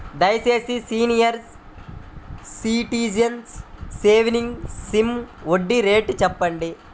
దయచేసి senior citizens savings scheme వడ్డీ rate చెప్పండి